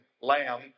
lamb